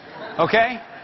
Okay